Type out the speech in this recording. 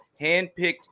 handpicked